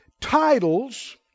titles